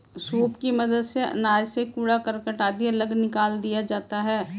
soup की मदद से अनाज से कूड़ा करकट आदि अलग निकाल दिया जाता है